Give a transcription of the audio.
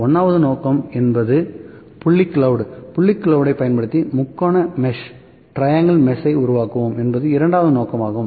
எனவே 1 வது நோக்கம் என்பது புள்ளி கிளவுட் புள்ளி கிளவுட் ஐ பயன்படுத்தி முக்கோண மெஷ் ஐ உருவாக்குவோம் என்பது இரண்டாவது நோக்கமாகும்